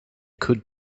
could